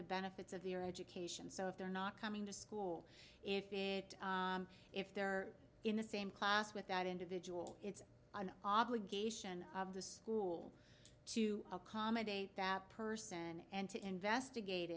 the benefits of the education so if they're not coming to school if it if they're in the same class with that individual it's an obligation of the school to accommodate that person and to investigate